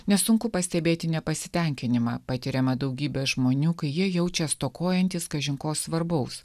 nesunku pastebėti nepasitenkinimą patiriamą daugybės žmonių kai jie jaučia stokojantys kažin ko svarbaus